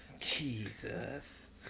Jesus